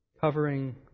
covering